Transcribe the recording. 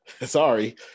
Sorry